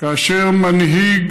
כאשר מנהיג